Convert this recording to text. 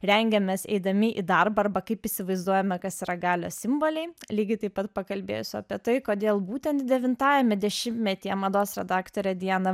rengiamės eidami į darbą arba kaip įsivaizduojame kas yra galios simboliai lygiai taip pat pakalbėsiu apie tai kodėl būtent devintajame dešimtmetyje mados redaktorė diana